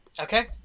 Okay